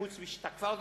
חוץ משתקפה אותו,